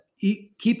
keep